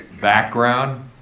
background